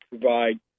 provide